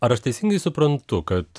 ar aš teisingai suprantu kad